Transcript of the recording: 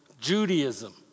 Judaism